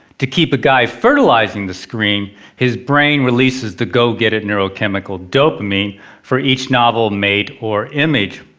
to keep a guy fertilizing the screen his brain releases the go get it neurochemical dopamine for each novel mate or image.